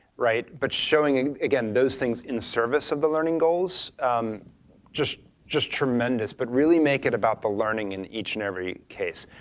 but showing again those things in service of the learning goals just just tremendous, but really make it about the learning in each and every case.